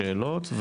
שאלות,